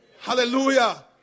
Hallelujah